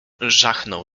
żachnął